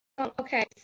Okay